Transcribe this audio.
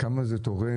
כמה זה תורם?